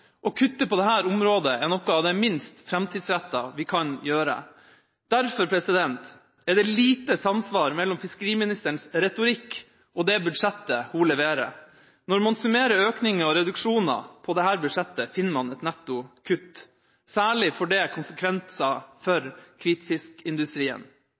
Å kutte på dette området er noe av det minst framtidsretta vi kan gjøre. Derfor er det lite samsvar mellom fiskeriministerens retorikk og det budsjettet hun leverer. Når man summerer økninger og reduksjoner på dette budsjettet, finner man et netto kutt. Særlig får det konsekvenser